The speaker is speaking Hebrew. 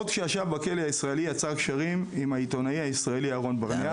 עוד כשישב בכלא הישראלי יצר קשרים עם העיתונאי הישראלי אהרון ברנע,